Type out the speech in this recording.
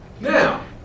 Now